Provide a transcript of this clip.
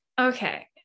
Okay